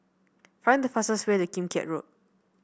find the fastest way to Kim Keat Road